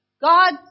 God